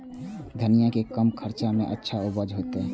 धनिया के कम खर्चा में अच्छा उपज होते?